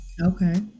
Okay